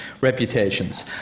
reputations